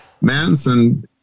Manson